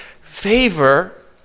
favor